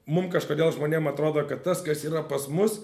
mum kažkodėl žmonėm atrodo kad tas kas yra pas mus